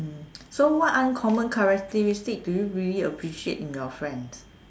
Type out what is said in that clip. so what uncommon characteristics do you appreciate in your friends